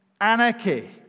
anarchy